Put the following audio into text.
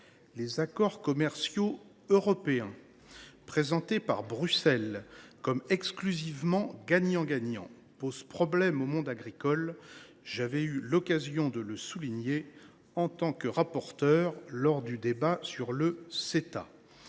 Les accords commerciaux européens présentés par Bruxelles comme étant exclusivement « gagnant gagnant » posent problème au monde agricole. J’avais eu l’occasion de le souligner, en tant que rapporteur, lors du débat sur le Ceta.